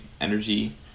energy